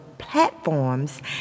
Platforms